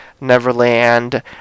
neverland